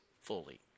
fully